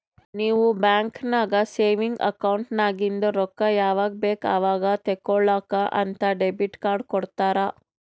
ನೀವ್ ಬ್ಯಾಂಕ್ ನಾಗ್ savings account ನಾಗಿಂದ್ ರೊಕ್ಕಾ ಯಾವಾಗ್ ಬೇಕ್ ಅವಾಗ್ ತೇಕೊಳಾಕ್ ಅಂತ್ ಡೆಬಿಟ್ ಕಾರ್ಡ್ ಕೊಡ್ತಾರ